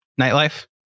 nightlife